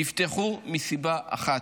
נפתחו מסיבה אחת: